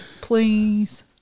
please